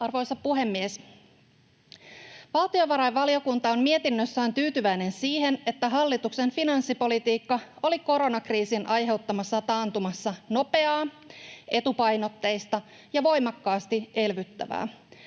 Arvoisa puhemies! Valtiovarainvaliokunta on mietinnössään tyytyväinen siihen, että hallituksen finanssipolitiikka oli koronakriisin aiheuttamassa taantumassa nopeaa, etupainotteista ja voimakkaasti elvyttävää.